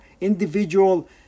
individual